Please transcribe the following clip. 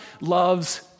loves